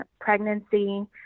pregnancy